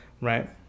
right